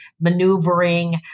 maneuvering